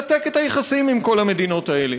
אולי בכלל לנתק את היחסים עם כל המדינות האלה?